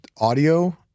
audio